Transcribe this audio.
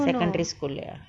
secondary school லயா:laya